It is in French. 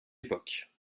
époque